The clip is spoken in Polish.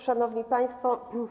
Szanowni Państwo!